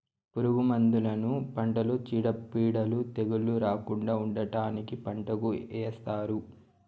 పురుగు మందులను పంటలో చీడపీడలు, తెగుళ్ళు రాకుండా ఉండటానికి పంటకు ఏస్తారు